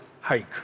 hike